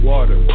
Water